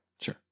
sure